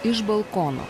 iš balkono